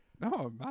No